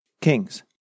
kings